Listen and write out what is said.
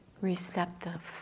receptive